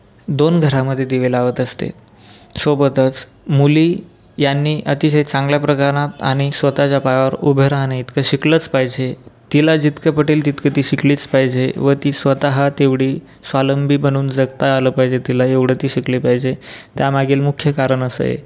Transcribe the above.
दोन घरांमध्ये दिवे लावत असते सोबतच मुली यांनी अतिशय चांगल्या प्रकरणात आणि स्वतःच्या पायावर उभं राहणे इतकं शिकलच पाहिजे तिला जितके पटेल तितके ती शिकलीच पाहिजे व ती स्वतः तेवढी स्वालंबी बनून जगता आलं पाहिजे तिला एवढं ती शिकली पाहिजे त्यामागील मुख्य कारण असं आहे